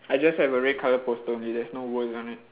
I just have a red colour poster only there's no words on it